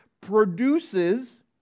produces